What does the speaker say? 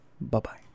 Bye-bye